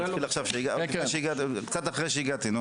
הוא התחיל קצת אחרי שהגעתי.